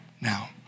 now